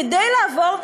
כדי לעבור,